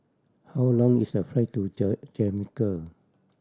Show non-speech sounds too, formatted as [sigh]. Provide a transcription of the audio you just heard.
how long is the flight to [unintelligible] Jamaica